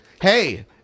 Hey